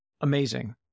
amazing